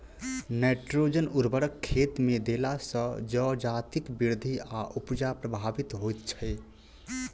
nitrogen उर्वरक खेतमे देला सॅ जजातिक वृद्धि आ उपजा प्रभावित होइत छै